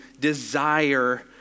desire